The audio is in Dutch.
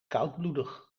koudbloedig